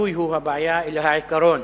הבעיה, אלא העיקרון.